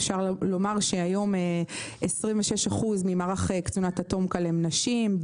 אפשר לומר שהיום 26 אחוזים ממערך קצונת ה-טומכ"ל הן נשים,